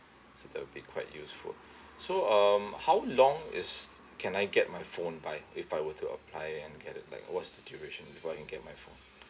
so that will be quite useful so um how long is can I get my phone by if I were to apply and get it like what is the duration before I can get my phone